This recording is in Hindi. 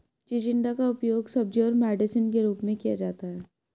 चिचिण्डा का उपयोग सब्जी और मेडिसिन के रूप में किया जाता है